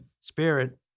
spirit